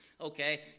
Okay